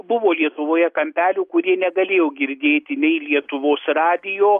buvo lietuvoje kampelių kurie negalėjo girdėti nei lietuvos radijo